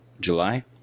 July